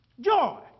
Joy